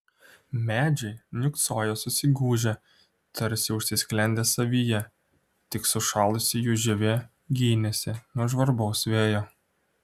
medžiai niūksojo susigūžę tarsi užsisklendę savyje tik sušalusi jų žievė gynėsi nuo žvarbaus vėjo